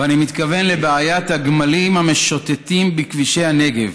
ואני מתכוון לבעיית הגמלים המשוטטים בכבישי הנגב.